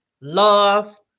love